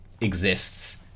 exists